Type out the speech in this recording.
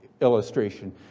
illustration